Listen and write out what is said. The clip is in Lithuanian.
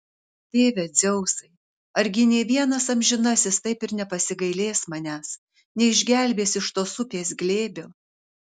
tėve dzeusai argi nė vienas amžinasis taip ir nepasigailės manęs neišgelbės iš tos upės glėbio